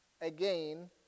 again